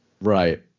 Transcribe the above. Right